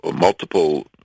multiple